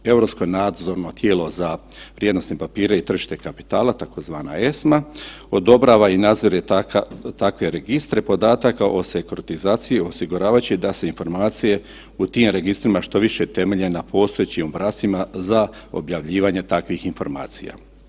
Europsko nadzorno tijelo za prijenosne papire i tržište kapitala tzv. ESMA odobrava i nadzire takve registre podataka o sekuratizaciji osiguravajući da se informacije u tim registrima što više temelje na postojećim obrascima za objavljivanje takvih informacija.